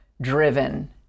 driven